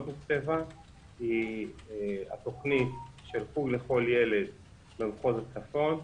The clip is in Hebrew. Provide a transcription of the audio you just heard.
תוקצבה היא התוכנית של חוג לכל ילד במחוז הצפון,